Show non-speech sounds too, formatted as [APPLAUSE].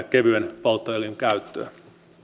[UNINTELLIGIBLE] kevyen polttoöljyn käytöstä tai vähentää sitä